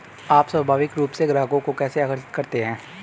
आप स्वाभाविक रूप से ग्राहकों को कैसे आकर्षित करते हैं?